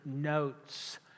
notes